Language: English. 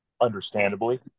understandably